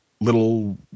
little